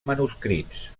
manuscrits